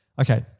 okay